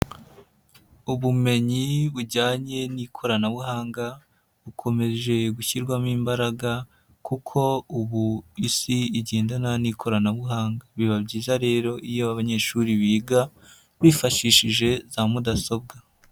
Ubumenyi bujyanye n'ikoranabuhanga bukomeje gushyirwamo imbaraga kuko ubu isi igendana n'ikoranabuhanga, biba byiza rero iyo abanyeshuri biga bifashishije za mudasobwa.